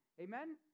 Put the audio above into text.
Amen